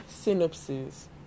synopsis